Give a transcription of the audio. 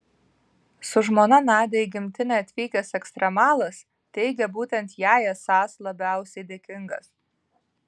su žmona nadia į gimtinę atvykęs ekstremalas teigė būtent jai esąs labiausiai dėkingas